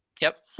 yep.